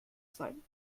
sein